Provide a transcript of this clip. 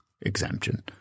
exemption